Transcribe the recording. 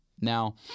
Now